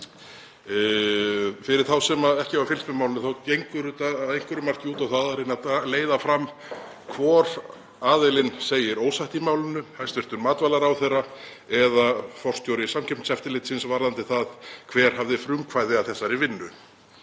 Fyrir þá sem ekki hafa fylgst með málinu þá gengur þetta að einhverju marki út á það að reyna að leiða fram hvor aðilinn segir ósatt í málinu, hæstv. matvælaráðherra eða forstjóri Samkeppniseftirlitsins, varðandi það hver hafði frumkvæði að þessari vinnu.